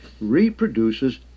reproduces